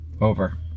Over